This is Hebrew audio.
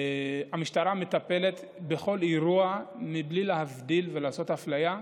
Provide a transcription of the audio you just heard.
המשטרה מטפלת בכל אירוע בלי להבדיל ולעשות אפליה,